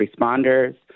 responders